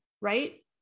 right